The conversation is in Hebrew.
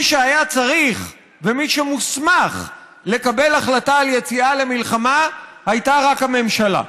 מי שהיה צריך ומי שמוסמך לקבל החלטה על יציאה למלחמה היה רק הממשלה.